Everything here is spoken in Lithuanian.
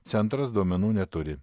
centras duomenų neturi